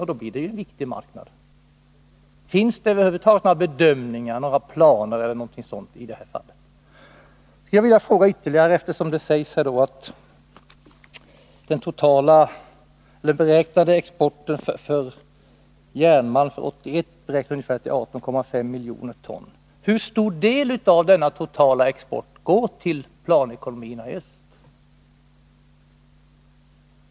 Polen blir då en viktig marknad igen. Finns det över huvud taget några planer i detta fall? Av redogörelsen i propositionen framgår att den beräknade exporten för järnmalm 1981 är 18,5 miljoner ton. Jag vill då fråga hur stor del av denna totala export som går till planekonomin i öst.